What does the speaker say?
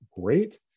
great